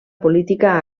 política